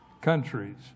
countries